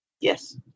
Yes